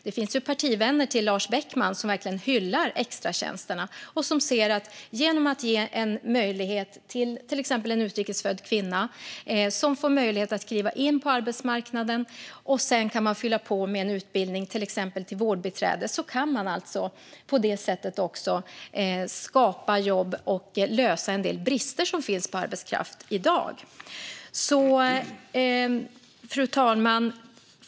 Det finns partivänner till Lars Beckman som hyllar extratjänsterna och som ser att man, genom att ge möjlighet för exempelvis en utrikes född kvinna att kliva in på arbetsmarknaden och sedan fylla på med en utbildning till exempelvis vårdbiträde, kan skapa jobb och lösa en del arbetskraftsbrister som finns i dag. Fru talman!